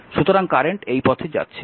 সুতরাং কারেন্ট এই পথে যাচ্ছে